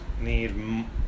need